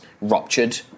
ruptured